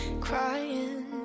crying